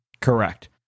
Correct